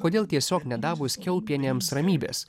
kodėl tiesiog nedavus kiaulpienėms ramybės